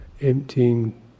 emptying